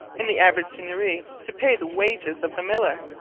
in the average seigneury, to pay the wages of the miller.